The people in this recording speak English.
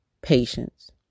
patience